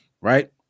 right